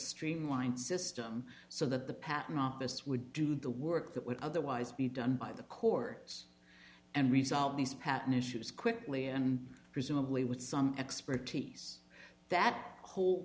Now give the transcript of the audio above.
streamlined system so that the patent office would do the work that would otherwise be done by the courts and resolve these patent issues quickly and presumably with some expertise that whole